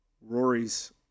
Rory's